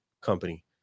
company